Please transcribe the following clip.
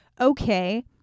okay